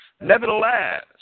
Nevertheless